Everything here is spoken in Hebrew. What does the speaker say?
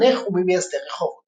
מחנך וממייסדי רחובות.